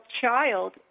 child